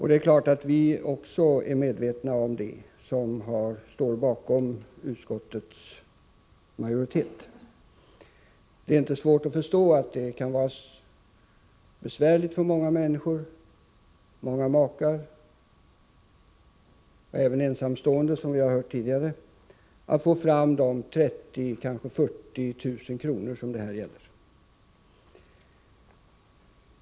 Det är klart att viiutskottsmajoriteten också är medvetna om det. Det är inte svårt att förstå att det kan vara besvärligt för många makar och även för ensamstående, som vi har hört tidigare, att få fram de 30 000-40 000 kr. som det här gäller.